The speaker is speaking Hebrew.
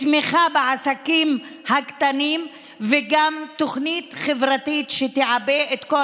תמיכה בעסקים הקטנים וגם תוכנית חברתית שתעבה את כל